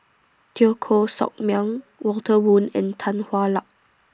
Teo Koh Sock Miang Walter Woon and Tan Hwa Luck